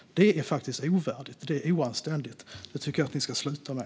Det är faktiskt ovärdigt och oanständigt. Det tycker jag att ni ska sluta med.